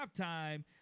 halftime